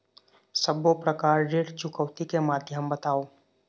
सब्बो प्रकार ऋण चुकौती के माध्यम बताव?